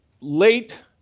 late